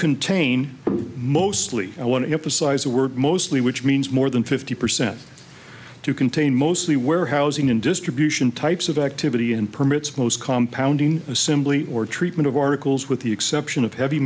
contain but mostly i want to emphasize the word mostly which means more than fifty percent to contain mostly warehousing and distribution types of activity and permits most compound in assembly or treatment of articles with the exception of heavy